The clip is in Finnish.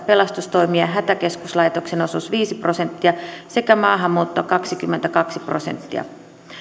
prosenttia pelastustoimen ja hätäkeskuslaitoksen osuuteen viisi prosenttia sekä maahanmuuttoon kaksikymmentäkaksi prosenttia